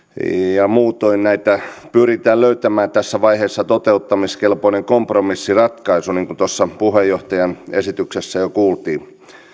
ja muutoin pyritään löytämään tässä vaiheessa toteuttamiskelpoinen kompromissiratkaisu niin kuin tuossa puheenjohtajan esityksessä jo kuultiin